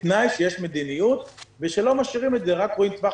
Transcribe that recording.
בתנאי שיש מדיניות ושלא משאירים את זה רק בהסתכלות לטווח